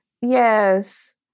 Yes